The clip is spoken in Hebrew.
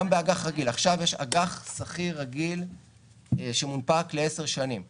עכשיו יש אג"ח סחיר רגיל שמונפק לעשר שנים בריבית,